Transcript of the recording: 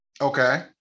Okay